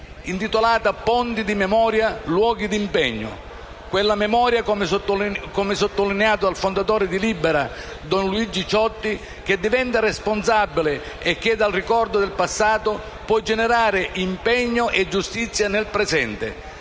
intitolata: «Ponti di memoria, Luoghi di impegno». Quella memoria, come sottolineato dal fondatore di Libera don Luigi Ciotti, «che diventa responsabile e che dal ricordo del passato può generare impegno e giustizia nel presente».